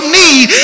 need